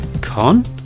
Con